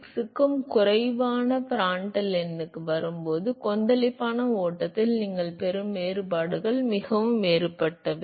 6 க்கும் குறைவான பிராண்டல் எண்ணுக்கு வரும்போது கொந்தளிப்பான ஓட்டத்தில் நீங்கள் பெறும் மாறுபாடுகள் மிகவும் வேறுபட்டவை